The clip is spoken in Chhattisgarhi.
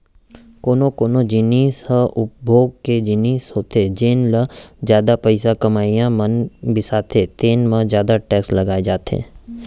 कोनो कोनो जिनिस ह उपभोग के जिनिस होथे जेन ल जादा पइसा कमइया मन बिसाथे तेन म जादा टेक्स लगाए जाथे